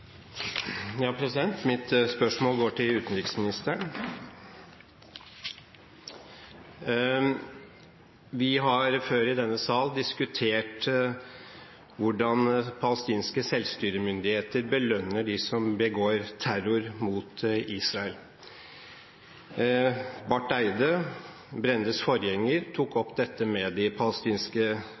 Mitt spørsmål går til utenriksministeren. Vi har før i denne sal diskutert hvordan palestinske selvstyremyndigheter belønner dem som begår terror mot Israel. Barth Eide, Brendes forgjenger, tok opp dette med de palestinske